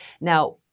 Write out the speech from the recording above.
Now